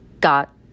got